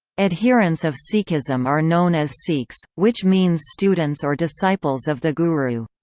adherents of sikhism are known as sikhs, which means students or disciples of the guru.